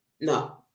No